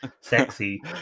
sexy